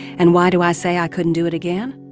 and why do i say i couldn't do it again?